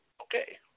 Okay